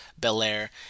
Belair